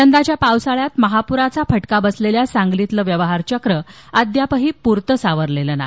यदाच्या पावसाळ्यात महाप्राचा फटका बसलेल्या सांगलीतील व्यवहारचक्र अद्यापही पुरतं सावरलेले नाही